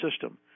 system